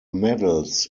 medals